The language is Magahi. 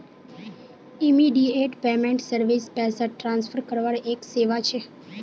इमीडियेट पेमेंट सर्विस पैसा ट्रांसफर करवार एक सेवा छ